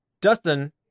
Dustin